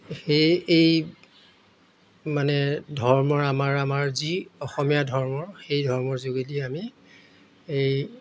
সেই এই মানে ধৰ্মৰ আমাৰ আমাৰ যি অসমীয়া ধৰ্মৰ সেই ধৰ্মৰ যোগেদি আমি এই